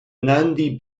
nandi